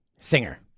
singer